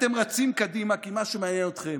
אתם רצים קדימה כי מה שמעניין אתכם